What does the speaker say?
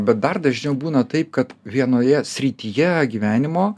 bet dar dažniau būna taip kad vienoje srityje gyvenimo